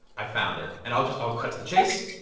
i found it. and i'll just i'll cut to the chase.